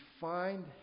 find